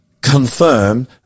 confirmed